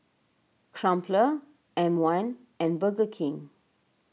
Crumpler M one and Burger King